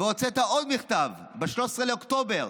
הוצאת עוד מכתב ב-13 באוקטובר,